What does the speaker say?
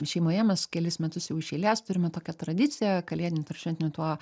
šeimoje mes kelis metus jau iš eilės turime tokią tradiciją kalėdiniu tarpšventiniu tuo